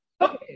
Okay